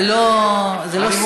זה לא שיח.